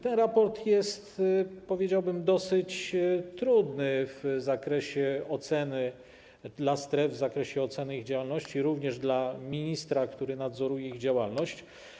Ten raport jest dosyć trudny w zakresie oceny stref, w zakresie oceny ich działalności, również dla ministra, który nadzoruje ich działalność.